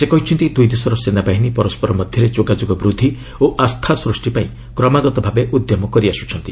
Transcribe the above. ସେ କହିଛନ୍ତି ଦୁଇଦେଶର ସେନାବାହିନୀ ପରସ୍କର ମଧ୍ୟରେ ଯୋଗାଯୋଗ ବୃଦ୍ଧି ଓ ଆସ୍ଥା ସୃଷ୍ଟି ପାଇଁ କ୍ରମାଗତ ଭାବେ ଉଦ୍ୟମ କରିଆସୁଛନ୍ତି